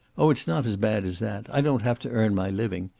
oh, it's not as bad as that. i don't have to earn my living.